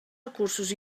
recursos